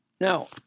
Now